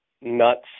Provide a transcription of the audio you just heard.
nuts